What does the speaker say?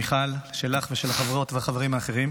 מיכל, ושל החברות והחברים האחרים.